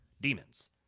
demons